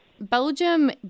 Belgium